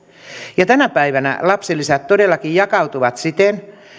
ja tänä päivänä lapsilisät todellakin jakautuvat siten